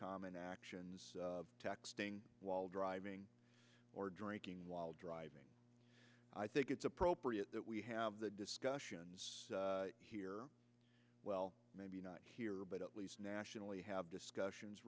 common actions texting while driving or drinking while driving i think it's appropriate that we have the discussion here well maybe not here but at least nationally have discussions